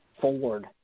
Ford